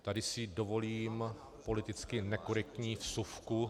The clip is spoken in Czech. Tady si dovolím politicky nekorektní vsuvku.